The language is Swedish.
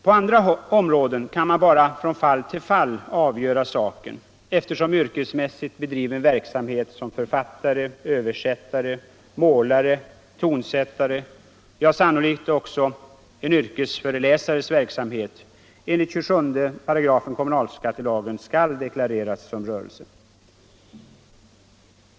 På andra områden kan man bara från fall till fall avgöra saken eftersom yrkesmässigt bedriven verksamhet som författare, översättare, målare, tonsättare — ja, sannolikt också en yrkesföreläsares verksamhet — enligt 27 § kommunalskattelagen skall deklareras som rörelse.